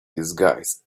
disguised